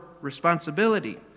responsibility